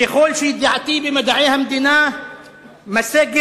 ככל שידיעתי במדעי המדינה משגת,